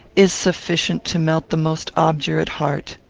is sufficient to melt the most obdurate heart.